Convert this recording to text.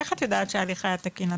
איך את יודעת שההליך היה תקין?